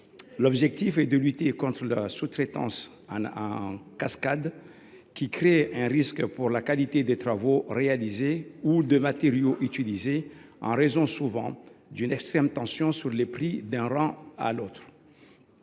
L’objectif est de lutter contre la sous traitance en cascade, qui fait courir un risque sur la qualité soit des travaux réalisés soit des matériaux utilisés, en raison souvent d’une extrême tension sur les prix d’un rang à l’autre.